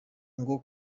ngo